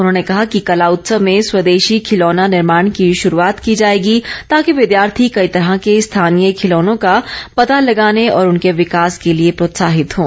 उन्होंने कहा है कि कला उत्सव में स्वदेशी खिलौना निर्माण की शुरूआत की जाएगी ताकि विद्यार्थी कई तरह के स्थानीय खिलौनों का पता लगाने और उनके विकास के लिए प्रोत्साहित हों